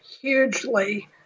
hugely